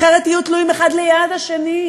אחרת יהיו תלויים אחד ליד השני.